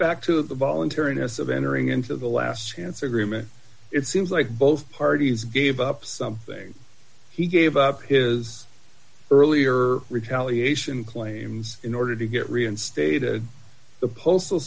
back to the voluntariness of entering into the last chance agreement it seems like both parties gave up something he gave up his earlier retaliation claims in order to get reinstated the postal